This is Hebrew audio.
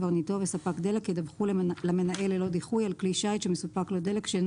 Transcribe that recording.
קברניטו וספק דלק ידווחו למנהל ללא דיחוי על כלי שיט שמסופק לו דלק שאינו